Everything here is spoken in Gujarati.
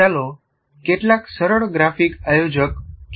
ચાલો કેટલાક સરળ ગ્રાફિક આયોજક જોઈએ